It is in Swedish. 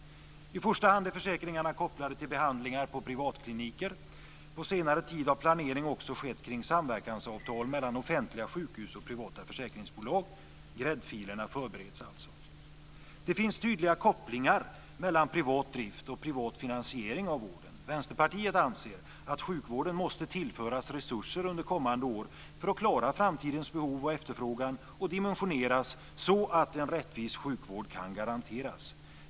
I första hand är försäkringarna kopplade till behandlingar på privatkliniker. På senare tid har planering också skett kring samverkansavtal mellan offentliga sjukhus och privata försäkringsbolag. Gräddfilerna förbereds alltså. Det finns tydliga kopplingar mellan privat drift och privat finansiering av vården. Vänsterpartiet anser att sjukvården måste tillföras resurser under kommande år för att klara framtidens behov och efterfrågan och dimensioneras så att en rättvis sjukvård kan garanteras.